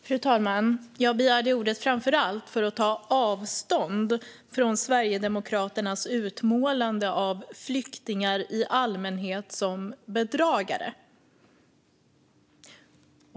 Fru talman! Jag begärde ordet framför allt för att ta avstånd från Sverigedemokraternas utmålande av flyktingar i allmänhet som bedragare.